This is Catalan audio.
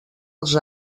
els